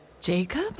Jacob